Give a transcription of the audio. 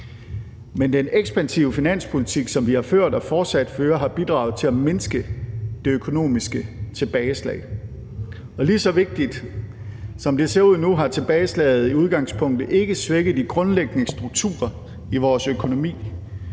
Men den ekspansive finanspolitik, som vi har ført og fortsat fører, har bidraget til at mindske det økonomiske tilbageslag. Og lige så vigtigt har tilbageslaget, som det ser ud nu, ikke svækket de grundlæggende strukturer i vores økonomi.